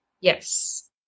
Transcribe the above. Yes